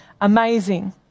amazing